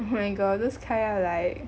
oh my god those kind are like